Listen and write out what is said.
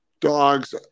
dogs